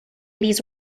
these